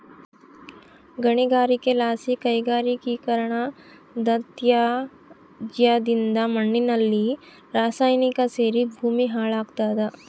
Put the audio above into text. ಗಣಿಗಾರಿಕೆಲಾಸಿ ಕೈಗಾರಿಕೀಕರಣದತ್ಯಾಜ್ಯದಿಂದ ಮಣ್ಣಿನಲ್ಲಿ ರಾಸಾಯನಿಕ ಸೇರಿ ಭೂಮಿ ಹಾಳಾಗ್ತಾದ